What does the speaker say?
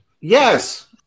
Yes